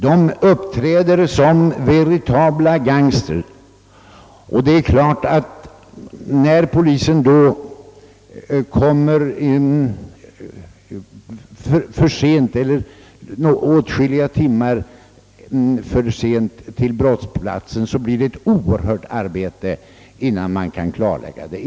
De uppträder som veritabla gangster och det är givet att om polisen kommer åtskilliga timmar för sent till brottsplatserna blir det ett svårt arbete innan brotten kan klarläggas.